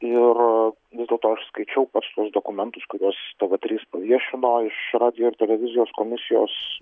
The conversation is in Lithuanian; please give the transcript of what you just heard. ir vis dėlto aš skaičiau pats tuos dokumentus kuriuos tv trys paviešino iš radijo ir televizijos komisijos